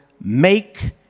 Make